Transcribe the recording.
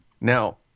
Now